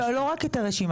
לא, לא רק את הרשימה.